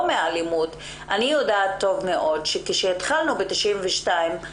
מאלימות אני יודעת טוב שכשהתחלנו ב-92,